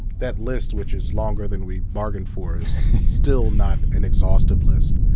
that list, which is longer than we bargained for, is still not an exhaustive list.